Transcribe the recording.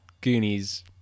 Goonies